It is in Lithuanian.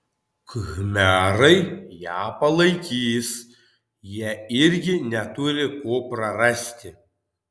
khmerai ją palaikys jie irgi neturi ko prarasti